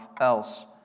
else